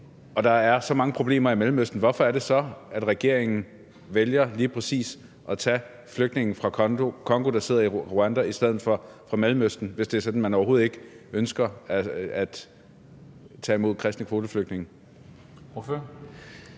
og der er så mange problemer i Mellemøsten, hvorfor er det så, at regeringen vælger lige præcis at tage flygtninge fra Congo, der befinder sig i Rwanda, i stedet for fra Mellemøsten, hvis det er sådan, at man overhovedet ikke ønsker at tage imod kristne kvoteflygtninge?